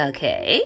Okay